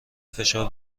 فشار